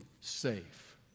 safe